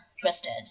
twisted